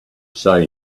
say